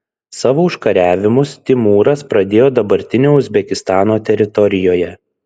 savo užkariavimus timūras pradėjo dabartinio uzbekistano teritorijoje